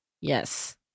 yes